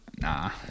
Nah